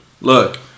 Look